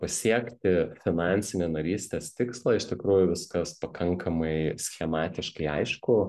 pasiekti finansinį narystės tikslą iš tikrųjų viskas pakankamai schematiškai aišku